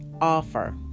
offer